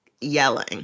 yelling